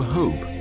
hope